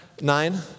nine